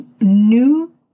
new